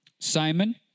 Simon